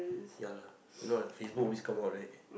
ya lah you know like Facebook always come out right